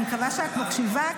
אני מקווה שאת מקשיבה,